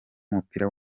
w’umupira